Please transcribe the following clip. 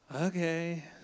okay